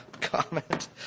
comment